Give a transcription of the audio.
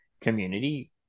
community